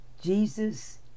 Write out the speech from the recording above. Jesus